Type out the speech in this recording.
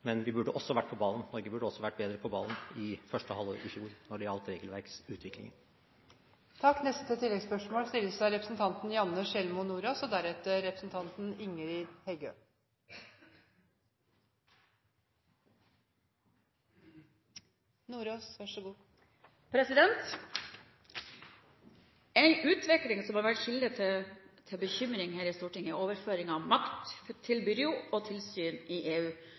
men Norge burde vært mer på ballen i første halvår i fjor når det gjaldt regelverksutviklingen. Janne Sjelmo Nordås – til oppfølgingsspørsmål. En utvikling som har vært kilde til bekymring her i Stortinget, er overføring av makt til byråer og tilsyn i EU,